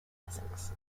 essex